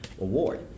Award